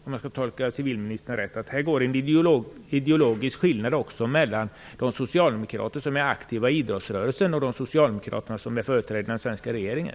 Om jag tolkar civilministern rätt går det här också en ideologisk skiljelinje mellan de socialdemokrater som är aktiva i idrottsrörelsen och de socialdemokrater som företräder den svenska regeringen